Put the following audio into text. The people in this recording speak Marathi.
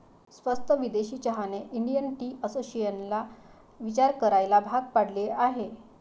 स्वस्त विदेशी चहाने इंडियन टी असोसिएशनला विचार करायला भाग पाडले आहे